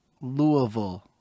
Louisville